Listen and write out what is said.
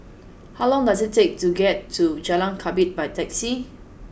how long does it take to get to Jalan Ketumbit by taxi